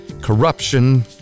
corruption